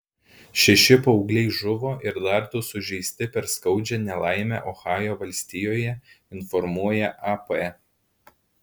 šeši paaugliai žuvo ir dar du sužeisti per skaudžią nelaimę ohajo valstijoje informuoja ap